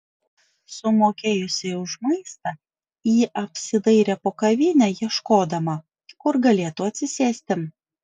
sumokėjusi už maistą ji apsidairė po kavinę ieškodama kur galėtų atsisėsti